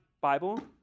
Bible